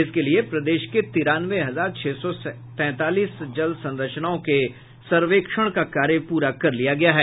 इसके लिए प्रदेश के तिरानवे हजार छह सौ तैंतालीस जल संरचनाओं के सर्वेक्षण का कार्य प्ररा कर लिया गया है